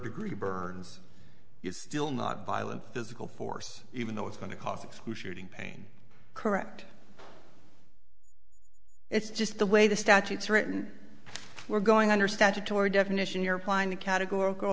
degree burns it's still not violent physical force even though it's going to cost you shooting pain correct it's just the way the statutes written we're going under statutory definition you're applying the categor